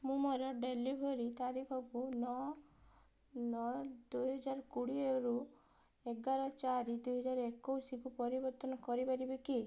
ମୁଁ ମୋର ଡେଲିଭରି ତାରିଖକୁ ନଅ ନଅ ଦୁଇ ହଜାର କୋଡ଼ିଏରୁ ଏଗାର ଚାରି ଦୁଇ ହଜାର ଏକୋଇଶକୁ ପରିବର୍ତ୍ତନ କରିପାରିବି କି